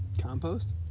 Compost